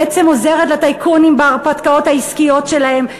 בעצם עוזרת לטייקונים בהרפתקאות העסקיות שלהם.